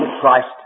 Christ